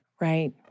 Right